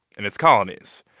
in its colonies.